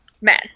men